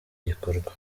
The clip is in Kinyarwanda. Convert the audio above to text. gikorwa